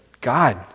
God